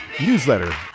newsletter